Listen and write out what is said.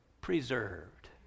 preserved